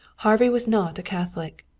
harvey was not a catholic.